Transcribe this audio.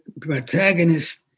protagonist